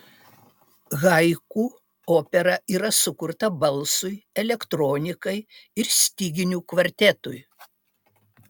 haiku opera yra sukurta balsui elektronikai ir styginių kvartetui